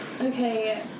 Okay